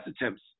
attempts